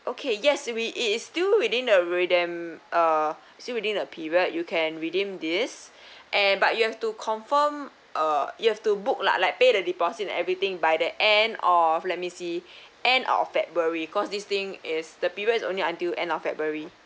okay yes we it is still within the redeemp~ uh still within the period you can redeem this and but you have to confirm uh you have to book lah like pay the deposit and everything by the end of let me see end of february cause this thing is the period's only until end of february